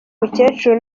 mukecuru